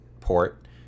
port